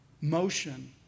motion